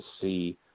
see